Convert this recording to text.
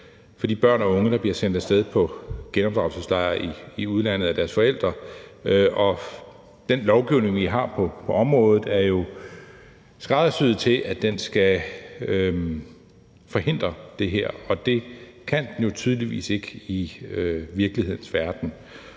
de børn og unge, der bliver sendt af sted på genopdragelseslejre i udlandet af deres forældre. Og den lovgivning, vi har på området, er jo skræddersyet til, at den skal forhindre det her. Og det kan den jo tydeligvis ikke i virkelighedens verden.